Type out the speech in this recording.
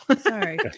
sorry